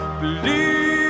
believe